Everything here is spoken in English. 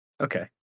Okay